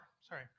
Sorry